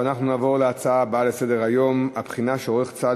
נעבור להצעות לסדר-היום בנושא: הבחינה שעורך צה"ל